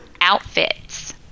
outfits